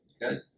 Good